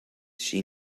she